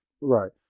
right